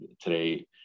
today